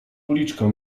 uliczkę